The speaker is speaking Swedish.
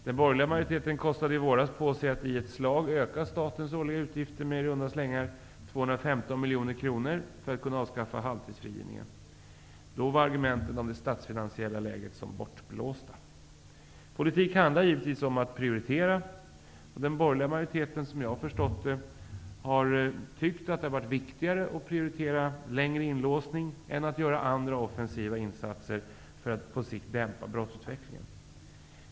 Den borgerliga majoriteten kostade i våras på sig att i ett slag öka statens årliga utgifter med i runda slängar 215 miljoner kronor för att kunna avskaffa halvtidsfrigivningen. Då var argumenten om det statsfinansiella läget som bortblåsta. Politik handlar givetvis om att prioritera, och den borgerliga majoriteten har som jag har förstått saken tyckt att det har varit viktigare att prioritera längre inlåsning än att göra andra offensiva insatser för att på sikt dämpa brottsutvecklingen.